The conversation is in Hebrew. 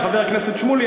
חבר הכנסת שמולי,